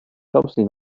thompson